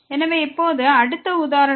எனவே இப்போது அடுத்த உதாரணம்